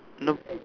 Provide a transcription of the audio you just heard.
nope